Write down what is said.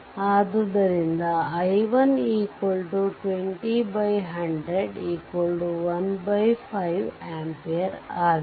ಆದ್ದರಿಂದ i1 20 100 15amps ಆಗಿದೆ